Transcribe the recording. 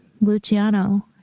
Luciano